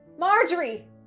Marjorie